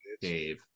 Dave